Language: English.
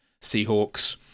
Seahawks